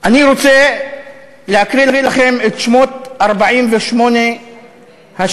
אני רוצה להקריא לכם את שמות 48 השהידים,